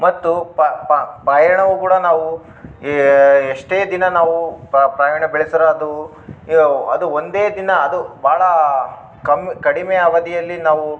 ಮತ್ತು ಪಯಣವು ಕೂಡ ನಾವು ಏ ಎಷ್ಟೇ ದಿನ ನಾವು ಪಯಣ ಬೆಳ್ಸಿದ್ರೆ ಅದು ಇವವು ಅದು ಒಂದೇ ದಿನ ಅದು ಭಾಳಾ ಕಮ್ಮಿ ಕಡಿಮೆ ಅವಧಿಯಲ್ಲಿ ನಾವು